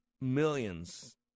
millions